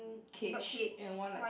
cage and one like